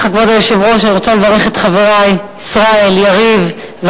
חברת הכנסת רגב,